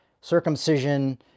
circumcision